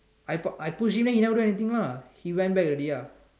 I p~ I push him then he never do anything lah he went back already ah